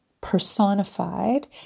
personified